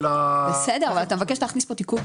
אתה מבקש להכניס פה תיקון.